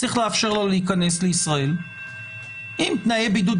צריך לאפשר לה להיכנס לישראל עם תנאי בידוד,